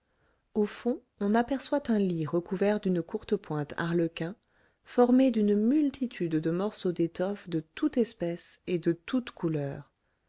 au fond on aperçoit un lit recouvert d'une courtepointe arlequin formée d'une multitude de morceaux d'étoffes de toute espèce et de toute couleur